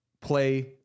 play